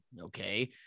okay